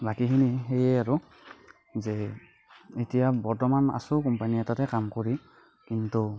বাকীখিনি সেইয়ে আৰু যে এতিয়া বৰ্তমান আছো কোম্পানি এটাতে কাম কৰি কিন্তু